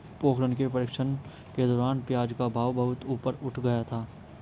पोखरण के प्रशिक्षण के दौरान प्याज का भाव बहुत ऊपर उठ गया था